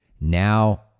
Now